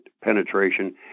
penetration